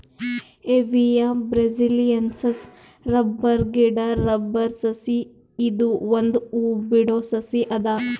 Hevea brasiliensis rubber ಗಿಡಾ rubber ಸಸಿ ಇದು ಒಂದ್ ಹೂ ಬಿಡೋ ಸಸಿ ಅದ